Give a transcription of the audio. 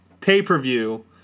pay-per-view